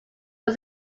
was